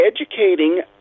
educating